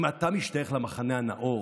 אם אתה משתייך למחנה הנאור,